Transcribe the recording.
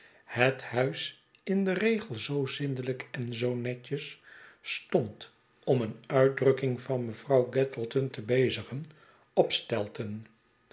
het huis in den regel zoo zindelijk en zoo netjes stond om eenuitdrukking van mevrouw gattleton te bezigen op